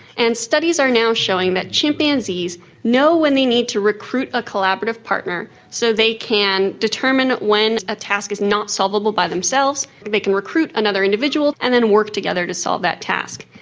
and studies are now showing that chimpanzees know when they need to recruit a collaborative partner so they can determine when a task is not solvable by themselves. they can recruit another individual and then work together to solve that task.